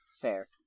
fair